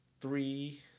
three